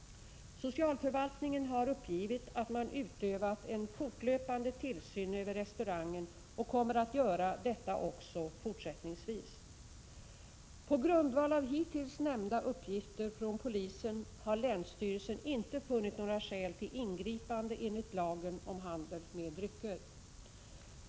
Socialförvaltningen har uppgivit att man utövat en fortlöpande tillsyn över restaurangen och kommer att göra detta också fortsättningsvis. På grundval av hittills nämnda uppgifter från polisen har länsstyrelsen inte funnit några skäl till ingripande enligt lagen om handel med drycker.